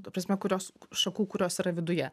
ta prasme kurios šakų kurios yra viduje